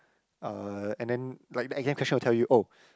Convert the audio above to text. uh and then like the exam question will tell you oh